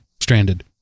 stranded